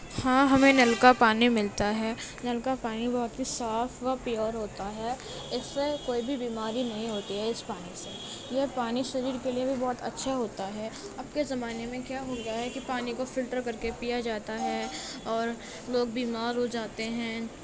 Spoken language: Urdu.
ہاں ہمیں نل کا پانی ملتا ہے نل کا پانی بہت ہی صاف و پیور ہوتا ہے اِس سے کوئی بھی بیماری نہیں ہوتی ہے اِس پانی سے یہ پانی شریر کے لیے بھی بہت اچھا ہوتا ہے اب کے زمانے میں کیا ہو گیا ہے کہ پانی کو فلٹر کر کے پیا جاتا ہے اور لوگ بیمار ہو جاتے ہیں